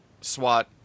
SWAT